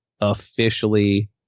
officially